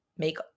make